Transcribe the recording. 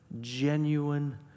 genuine